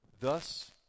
Thus